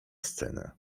scenę